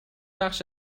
بخش